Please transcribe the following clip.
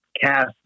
cast